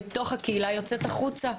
בתוך הקהילה יוצאת החוצה,